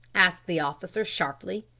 asked the officer sharply.